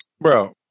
bro